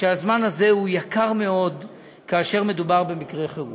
והזמן הזה הוא יקר מאוד כאשר מדובר במקרה חירום.